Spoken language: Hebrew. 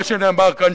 ומה שנאמר כאן,